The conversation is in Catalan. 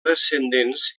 descendents